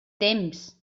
temps